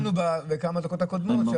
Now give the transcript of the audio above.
זה מה שסיכמנו בכמה דקות הקודמות,